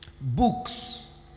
Books